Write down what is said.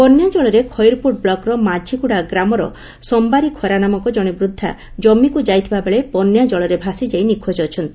ବନ୍ୟା ଜଳରେ ଖଇରପୁଟ ବ୍କକର ମାଝିଗୁଡ଼ା ଗ୍ରାମର ସମ୍ଭାରୀ ଖରା ନାମକ ଜଶେ ବୃଦ୍ଧା ଜମିକୁ ଯାଇଥିବା ବେଳେ ବନ୍ୟା ଜଳରେ ଭାସିଯାଇ ନିଖୋଜ ଅଛନ୍ତି